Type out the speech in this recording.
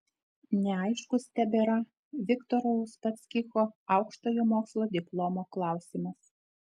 neaiškus tebėra viktoro uspaskicho aukštojo mokslo diplomo klausimas